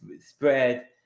spread